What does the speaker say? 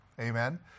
Amen